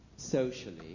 socially